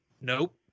Nope